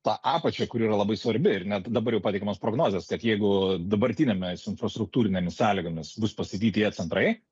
tą apačią kuri yra labai svarbi ir net dabar jau pateikiamos prognozės kad jeigu dabartinėmis infrastruktūrinėmis sąlygomis bus pastatyti tie centrai